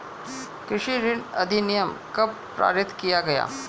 कृषि ऋण अधिनियम कब पारित किया गया?